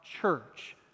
church